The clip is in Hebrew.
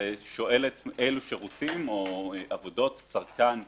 ושואלת, אילו שירותים או עבודות צרכן מקבל.